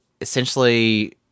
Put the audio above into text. essentially